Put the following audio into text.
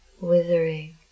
withering